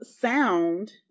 sound